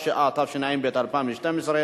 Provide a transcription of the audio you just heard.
את העניין של הצעת חוק